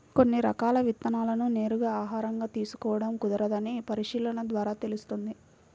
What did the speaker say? కొన్ని రకాల విత్తనాలను నేరుగా ఆహారంగా తీసుకోడం కుదరదని పరిశీలన ద్వారా తెలుస్తుంది